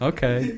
Okay